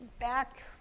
back